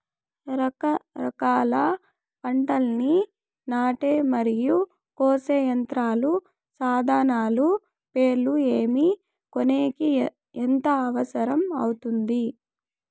రకరకాల పంటలని నాటే మరియు కోసే యంత్రాలు, సాధనాలు పేర్లు ఏమి, కొనేకి ఎంత అవసరం అవుతుంది?